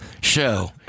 show